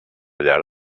llar